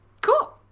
Cool